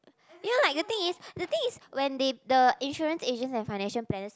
you know like the thing is the thing is when they the insurance agents and financial planners